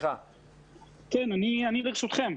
אני לרשותכם.